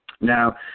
Now